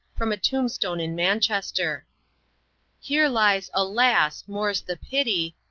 from a tombstone in manchester here lies alas! more's the pity,